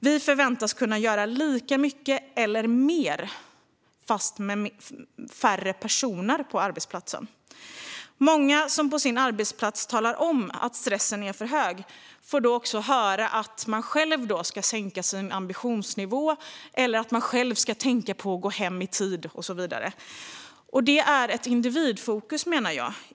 Vi förväntas kunna göra lika mycket eller mer men med färre personer på arbetsplatsen. Många som talar om på arbetsplatsen att stressen är för hög får höra att de själva ska sänka sina ambitionsnivåer eller tänka på att gå hem i tid och så vidare. Jag menar att det är ett individfokus.